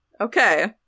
Okay